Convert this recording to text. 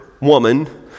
woman